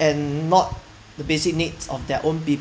and not the basic needs of their own peo~